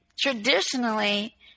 traditionally